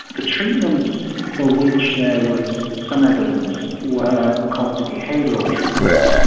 ah treatments for which there was some evidence were cognitive behavioural treatments,